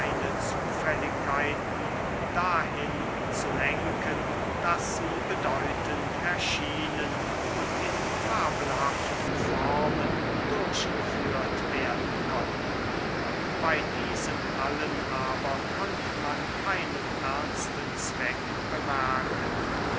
zufälligkeiten dahin zu lenken daß sie bedeutend erschienen und in fabelhaften formen durchgeführt werden konnten bei diesem allen aber konnte man keinen ernsten zweck bemerken